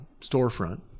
storefront